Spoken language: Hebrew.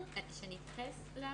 אני מבקשת להתייחס לנתון.